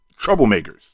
troublemakers